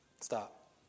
Stop